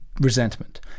resentment